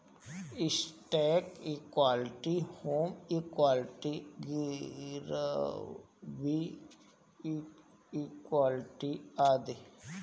stock equity, home equity, गिरवी equity आदि